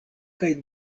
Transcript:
kaj